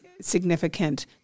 significant